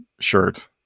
shirt